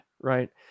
right